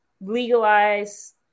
legalize